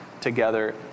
together